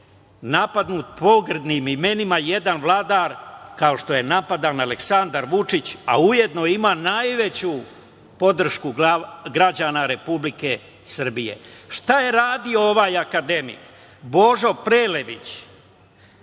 napadnut pogrdnim imenima jedan vladar kao što je napadan Aleksandar Vučić, a ujedno ima najveću podršku građana Republike Srbije. Šta je radio ovaj akademik, Božo Prelević,